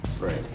Right